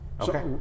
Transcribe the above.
Okay